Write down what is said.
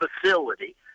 facility